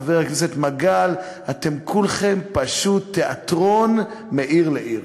חבר הכנסת מגל, אתם כולכם פשוט תיאטרון מעיר לעיר.